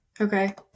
Okay